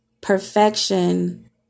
Perfection